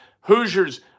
Hoosiers